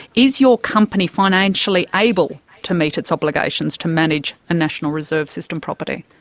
is your company financially able to meet its obligations to manage a national reserve system property?